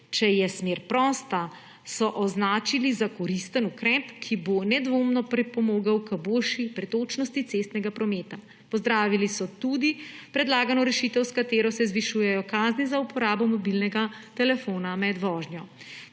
če je smer prosta, so označili za koristen ukrep, ki bo nedvoumno pripomogel k boljši pretočnosti cestnega prometa. Pozdravili so tudi predlagano rešitev, s katero se zvišujejo kazni za uporabo mobilnega telefona med vožnjo.